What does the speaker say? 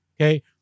okay